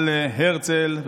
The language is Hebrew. הרצל.